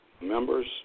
Members